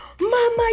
mama